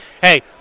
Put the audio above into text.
hey